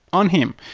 on him.